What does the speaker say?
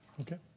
Okay